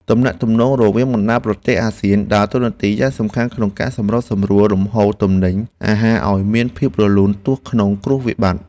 ទំនាក់ទំនងរវាងបណ្តាប្រទេសអាស៊ានដើរតួនាទីយ៉ាងសំខាន់ក្នុងការសម្របសម្រួលលំហូរទំនិញអាហារឱ្យមានភាពរលូនទោះក្នុងគ្រាវិបត្តិ។